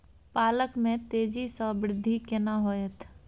पालक में तेजी स वृद्धि केना होयत?